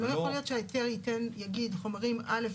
אבל לא יכול להיות שההיתר יגיד חומרים א'